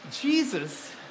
Jesus